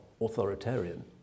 authoritarian